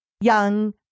young